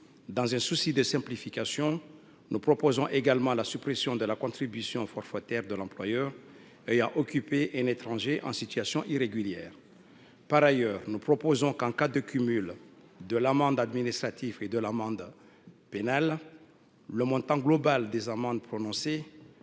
Dans un souci de simplification, nous proposons également de supprimer la contribution forfaitaire de l’employeur ayant engagé un étranger en situation irrégulière. Par ailleurs, nous proposons, en cas de cumul de l’amende administrative et de l’amende pénale, que le montant global prononcé